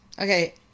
okay